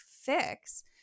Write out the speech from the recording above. fix